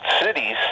cities